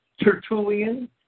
Tertullian